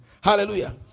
Hallelujah